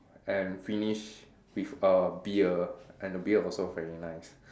and finish with a beer and the beer also very nice